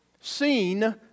seen